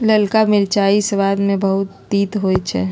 ललका मिरचाइ सबाद में बहुते तित होइ छइ